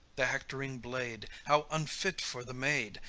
the hectoring blade how unfit for the maid,